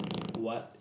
what